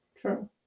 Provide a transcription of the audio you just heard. True